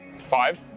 Five